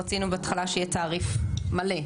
רצינו בהתחלה שיהיה תעריף מלא,